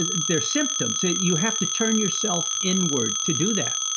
their symptoms. you have to turn yourself inward to do that.